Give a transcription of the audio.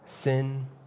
Sin